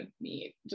meet